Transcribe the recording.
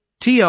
Tr